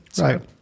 Right